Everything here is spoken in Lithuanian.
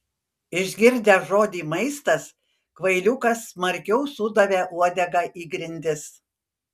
išgirdęs žodį maistas kvailiukas smarkiau sudavė uodega į grindis